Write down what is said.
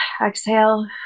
Exhale